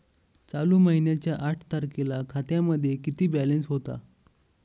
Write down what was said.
चालू महिन्याच्या आठ तारखेला खात्यामध्ये किती बॅलन्स होता?